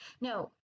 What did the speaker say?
No